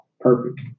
Perfect